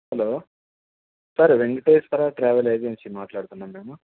hello sir Venkateswara travel agency మాట్లాడుతున్నాం మేము